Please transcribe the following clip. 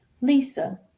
Lisa